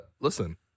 listen